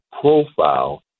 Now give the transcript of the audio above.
profile